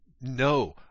No